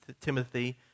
Timothy